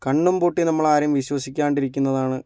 കണ്ണും പൂട്ടി നമ്മൾ ആരെയും വിശ്വസിക്കാതിരിക്കുന്നതാണ്